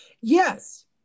Yes